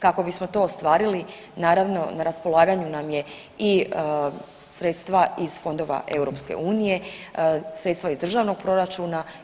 Kako bismo to ostvarili naravno na raspolaganju nam je i sredstva iz fondova EU, sredstva iz državnog proračuna.